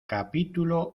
capítulo